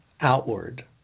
outward